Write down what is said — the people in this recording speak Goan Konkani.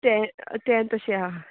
टें टेंत अशें आहा